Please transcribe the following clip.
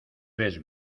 ves